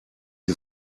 die